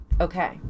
Okay